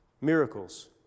Miracles